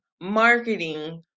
marketing